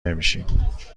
نمیشیم